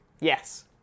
Yes